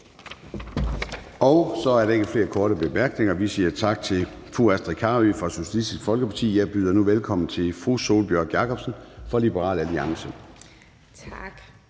Så er der ikke flere korte bemærkninger. Vi siger tak til fru Astrid Carøe fra Socialistisk Folkeparti. Jeg byder nu velkommen til fru Sólbjørg Jakobsen fra Liberal Alliance. Kl.